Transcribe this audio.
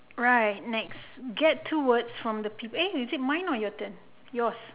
right next get two words from the people eh is it mine or your turn yours